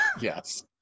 Yes